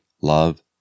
love